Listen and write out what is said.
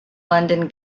london